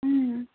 उम